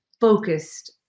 focused